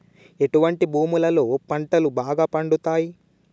ఎటువంటి భూములలో పంటలు బాగా పండుతయ్?